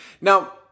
Now